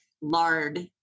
lard